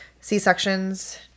C-sections